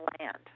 land